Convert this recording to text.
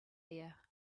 there